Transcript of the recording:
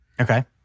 Okay